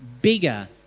bigger